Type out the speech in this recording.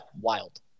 wild